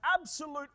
absolute